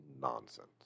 nonsense